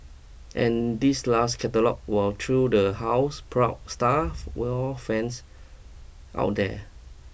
and this last catalogue will thrill the houseproud staff war fans out there